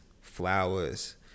flowers